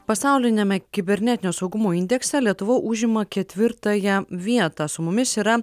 pasauliniame kibernetinio saugumo indekse lietuva užima ketvirtąją vietą su mumis yra